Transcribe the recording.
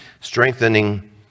strengthening